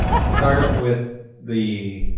start with the